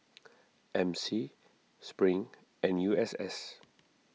M C Spring and U S S